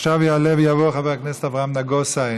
עכשיו יעלה ויבוא חבר הכנסת אברהם נגוסה,